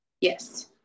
Yes